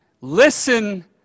listen